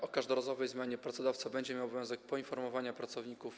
O każdorazowej zmianie pracodawca będzie miał obowiązek poinformować pracowników.